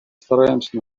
стараемся